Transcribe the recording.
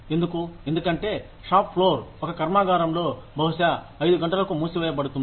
ఎందుకు ఎందుకంటే shop floor ఒక కర్మాగారంలో బహుశా ఐదు గంటలకు మూసివేయబడుతుంది